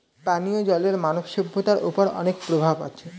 পানিও জলের মানব সভ্যতার ওপর অনেক প্রভাব আছে